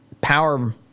power